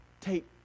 take